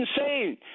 insane